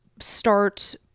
start